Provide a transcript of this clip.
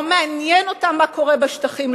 לא מעניין אותם מה קורה בשטחים,